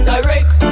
Direct